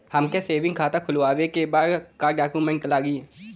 हमके सेविंग खाता खोलवावे के बा का डॉक्यूमेंट लागी?